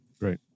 Right